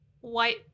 white